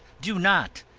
do not.